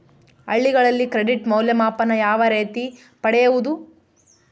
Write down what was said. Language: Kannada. ಹಳ್ಳಿಗಳಲ್ಲಿ ಕ್ರೆಡಿಟ್ ಮೌಲ್ಯಮಾಪನ ಯಾವ ರೇತಿ ಪಡೆಯುವುದು?